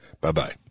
Bye-bye